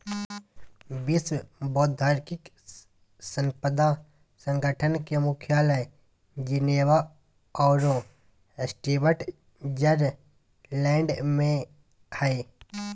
विश्व बौद्धिक संपदा संगठन के मुख्यालय जिनेवा औरो स्विटजरलैंड में हइ